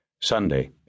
Sunday